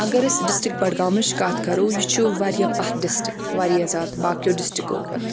اگر أسۍ ڈِسٹِرٛک بَڈگامٕچ کَتھ کَرو یہِ چھُ واریاہ پَتھ ڈِسٹِرٛک واریاہ زیادٕ باقٕیَو ڈِسٹِرٛکو کھۄتہٕ